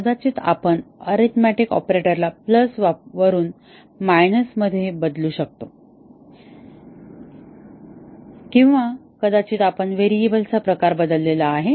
कदाचित आपण अरीथमेटिक ऑपरेटरला प्लस वरून मायन्स मध्ये बदलू शकतो किंवा कदाचित आपण व्हेरिएबलचा प्रकार बदलला आहे